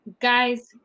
Guys